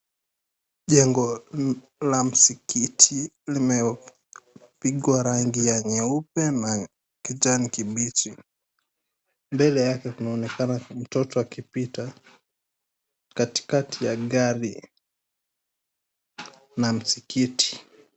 Jengo la mskiti limepigwa rangi ya nyeupe na kijani kibichi, mbele yake kunaonekana mtoto akipita kati kati ya gari na mskiti.